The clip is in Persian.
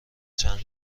چند